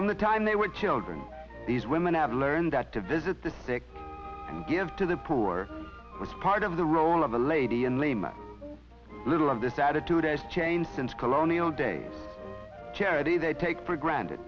on the time they were children these women have learned that to visit the sick and give to the poor was part of the role of the lady and women little of this attitude has changed since colonial day charity they take for granted